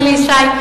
אלי ישי,